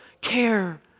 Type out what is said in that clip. care